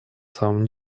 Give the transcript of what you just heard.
самом